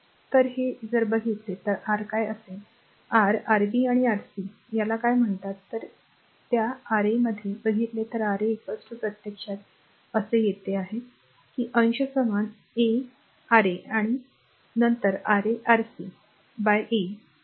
तर हे जर बघितले तर r काय असेल R Rb आणि Rc याला काय म्हणतात जर त्या r Ra मध्ये बघितले तर Ra प्रत्यक्षात असे येत आहे की अंश समान a a R a R a आणि r a a नंतर a R a Rc a a आहे